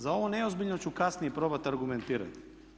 Za ovo neozbiljno ću kasnije probati argumentirati.